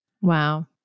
Wow